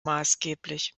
maßgeblich